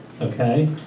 Okay